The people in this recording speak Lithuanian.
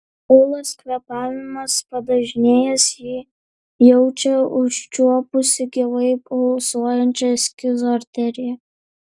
ūlos kvėpavimas padažnėjęs ji jaučia užčiuopusi gyvai pulsuojančią eskizo arteriją